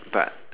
but